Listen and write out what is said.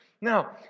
Now